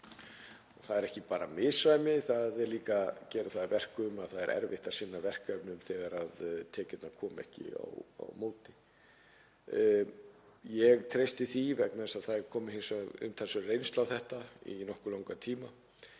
Það er ekki bara misræmi, það gerir það líka að verkum að það er erfitt að sinna verkefnum þegar tekjurnar koma ekki á móti. Ég treysti því, vegna þess að það er komin umtalsverð reynsla á þetta í nokkuð langan tíma,